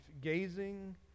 gazing